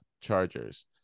Chargers